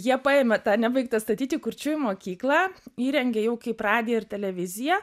jie paėmė tą nebaigtą statyti kurčiųjų mokyklą įrengė jau kaip radiją ir televiziją